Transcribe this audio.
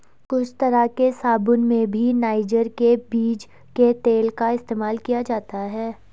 कुछ तरह के साबून में भी नाइजर के बीज के तेल का इस्तेमाल किया जाता है